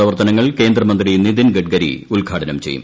പ്രവർത്തനങ്ങൾ കേന്ദ്രമ്പ്രി നിതിൻ ഗഡ്കരി ഉദ്ഘാടനം ചെയ്യും